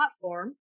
platform